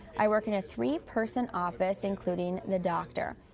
i work in a three-person office, including the doctor.